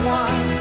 one